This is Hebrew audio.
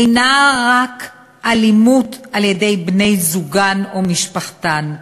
אינה רק אלימות על-ידי בני-זוגן או משפחתן.